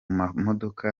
mamodoka